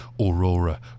Aurora